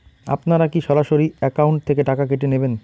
আপনারা কী সরাসরি একাউন্ট থেকে টাকা কেটে নেবেন?